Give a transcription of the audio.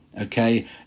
okay